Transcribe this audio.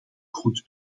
goed